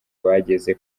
bageze